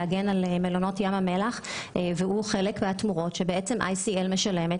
שנועד להגן על מלונות ים המלח והוא חלק מהתמורות ש-ICL משלמת